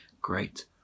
great